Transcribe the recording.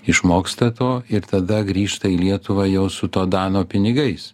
išmoksta to ir tada grįžta į lietuvą jau su to dano pinigais